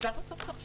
אפשר להוסיף את זה